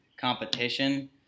competition